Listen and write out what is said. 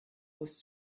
was